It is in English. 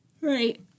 Right